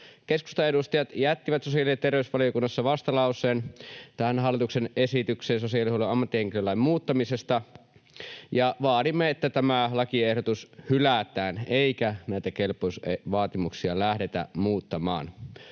Keskustan edustajat jättivät sosiaali- ja terveysvaliokunnassa vastalauseen tähän hallituksen esitykseen sosiaalihuollon ammattihenkilölain muuttamisesta. Vaadimme, että tämä lakiehdotus hylätään eikä näitä kelpoisuusvaatimuksia lähdetä muuttamaan.